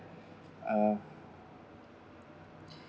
uh